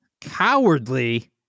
cowardly